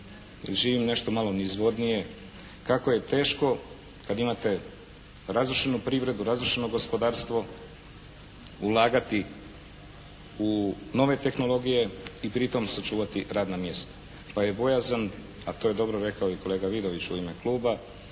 živim nešto malo nizvodnije kako je teško kad imate razrušenu privredu, razrušeno gospodarstvo ulagati u nove tehnologije i pritom sačuvati radna mjesta, pa je bojazan a to je dobro rekao i kolega Vidović u ime kluba